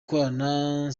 kurarana